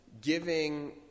giving